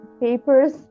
papers